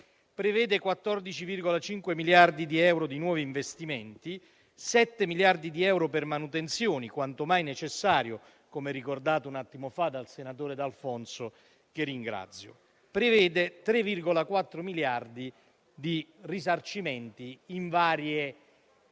prevedono 14,5 miliardi di euro di nuovi investimenti; 7 miliardi di euro per manutenzioni, quanto mai necessarie, come ricordato un attimo fa dal senatore d'Alfonso, che ringrazio; 3,4 miliardi di euro di risarcimenti in vari